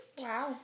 Wow